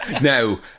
Now